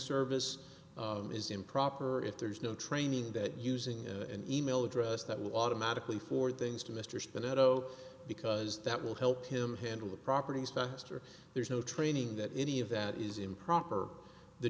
service is improper if there's no training that using an email address that will automatically forward things to mr sparrow because that will help him handle the properties faster there's no training that any of that is improper